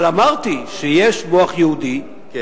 אבל אמרתי שיש מוח יהודי,